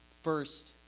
first